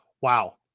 wow